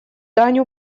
дань